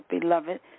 beloved